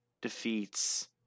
defeats